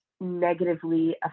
negatively